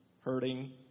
hurting